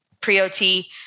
pre-OT